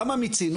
למה מיצינו,